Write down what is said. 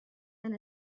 and